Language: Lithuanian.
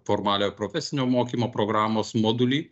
formaliojo profesinio mokymo programos modulį